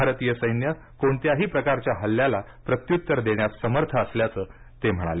भारतीय सैन्य कोणत्याही प्रकारच्या हल्ल्याला प्रत्युत्तर देण्यास समर्थ असल्याचं ते म्हणाले